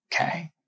okay